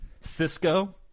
Cisco